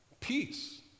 peace